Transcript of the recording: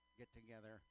get-together